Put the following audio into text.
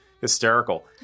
hysterical